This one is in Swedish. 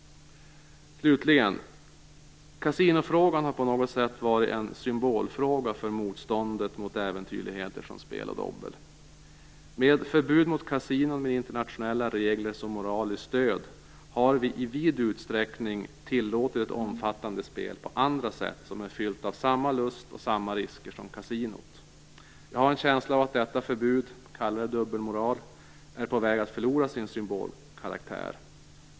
Slutligen: Kasinofrågan har på något sätt varit en symbolfråga för motståndet mot äventyrligheter som spel och dobbel. Med förbudet mot kasinon med internationella regler som moraliskt stöd har vi i vid utsträckning tillåtit omfattande spel på andra sätt som är fyllda av samma lust och samma risker som kasinot. Jag har en känsla av att detta förbud - kalla det dubbelmoral - är på väg att förlora sin symbolkaraktär.